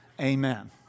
Amen